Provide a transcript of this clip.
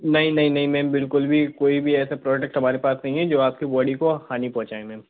नहीं नहीं नहीं मैम बिल्कुल भी कोई भी ऐसा प्रोडक्ट हमारे पास में नहीं है जो आपकी बॉडी को हानि पहुँचाए मैम